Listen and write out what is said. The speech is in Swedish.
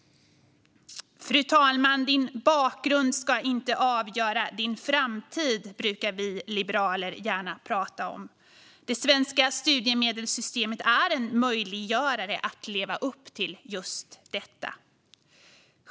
Fru talman! Vi liberaler brukar gärna prata om att din bakgrund inte ska avgöra din framtid. Det svenska studiemedelssystemet gör det möjligt att leva upp till just detta.